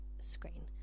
screen